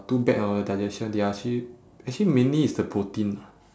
too bad on your digestion they are actually actually mainly it's the protein lah